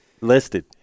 listed